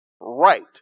right